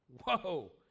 Whoa